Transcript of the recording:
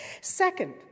Second